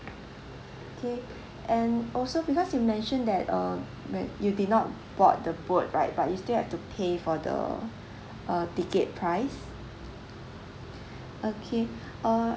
K and also because you mention that uh when you did not board the boat ride but you still have to pay for the uh ticket price okay uh